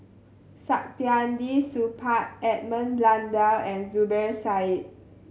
Saktiandi Supaat Edmund Blundell and Zubir Said